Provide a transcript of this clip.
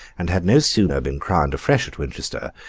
and had no sooner been crowned afresh at winchester,